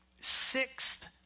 sixth